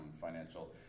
financial